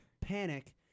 panic